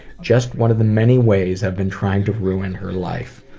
just one of the many ways i've been trying to ruin her life.